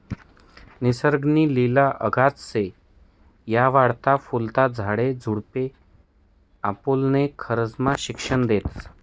निसर्ग नी लिला अगाध शे, या वाढता फुलता झाडे झुडपे आपुनले खरजनं शिक्षन देतस